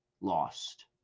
lost